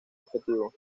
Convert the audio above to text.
objetivo